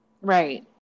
Right